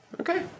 Okay